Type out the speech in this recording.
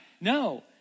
No